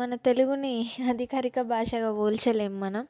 మన తెలుగుని అధికారక భాషగా పోల్చలేం మనం